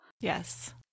yes